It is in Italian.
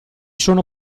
sono